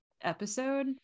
episode